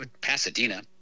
Pasadena